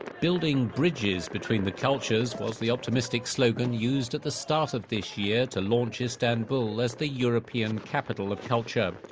building bridges between the cultures was the optimistic slogan used at the start of this year to launch istanbul as the european capital of culture.